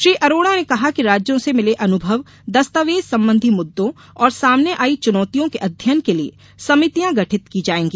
श्री अरोड़ा ने कहा कि राज्यों से मिले अनुभव दस्तावेज संबंधी मुद्दों और सामने आई चुनौतियों के अध्ययन के लिए समितियां गठित की जाएगी